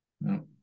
No